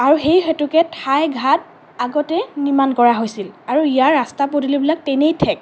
আৰু সেই হেতুকে ঠাই ঘাট আগতে নিৰ্মাণ কৰা হৈছিল আৰু ইয়াৰ ৰাস্তা পদূলিবিলাক তেনেই ঠেক